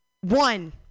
One